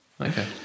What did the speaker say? Okay